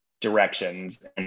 directions